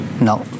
No